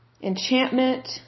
Enchantment